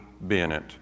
Bennett